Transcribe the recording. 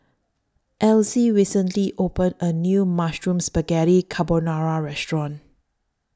Elzy recently opened A New Mushroom Spaghetti Carbonara Restaurant